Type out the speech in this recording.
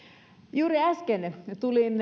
juuri äsken tulin